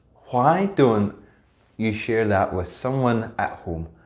why don't you share that with someone at home,